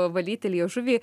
valyti liežuvį